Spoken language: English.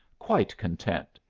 quite content!